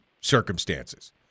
circumstances